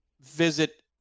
visit